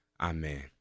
amen